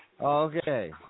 Okay